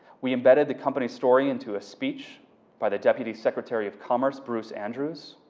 we embedded the company's story into a speech by the deputy secretary of commerce bruce andrews.